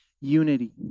unity